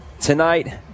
tonight